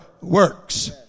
works